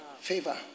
favor